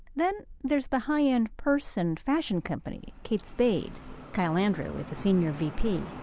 then there's the high-end purse and fashion company, kate spade kyle andrew is a senior vp.